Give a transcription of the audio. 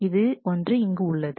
எனவே இது ஒன்று இங்கு உள்ளது